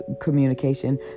communication